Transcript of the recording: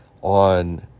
on